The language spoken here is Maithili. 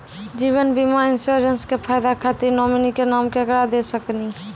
जीवन बीमा इंश्योरेंसबा के फायदा खातिर नोमिनी के नाम केकरा दे सकिनी?